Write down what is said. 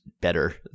better